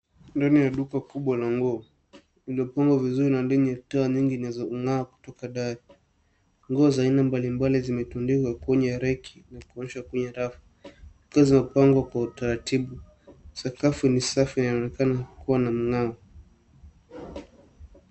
Ndani ya duka kubwa la nguo, iliopangwa vizuri na lenye taa nyingi inazong'aa kutoka dari. Nguo za aina mbalimbali zimetundikwa kwenye reki na kwenye rafu. Nguo zimepangwa kwa utaratibu. Sakafu ni safi na inaonekana kuwa na mng'ao.